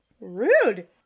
Rude